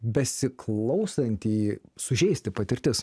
besiklausantį sužeisti patirtis